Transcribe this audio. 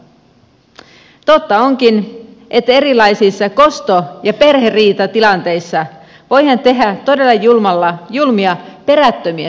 totta onkin että erilaisissa kosto ja perheriitatilanteissa voidaan tehdä todella julmia perättömiä syytöksiä